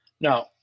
no